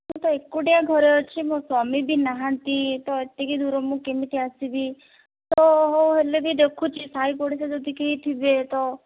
ମୁଁ ତ ଏକୁଟିଆ ଘରେ ଅଛି ମୋ ସ୍ୱାମୀ ବି ନାହାନ୍ତି ତ ଏତିକି ଦୂର ମୁଁ କେମିତି ଆସିବି ତ ହଉ ହେଲେ ବି ଦେଖୁଛି ସାଇ ପଡ଼ିଶା ଯଦି କିଏ ଥିବେ ତ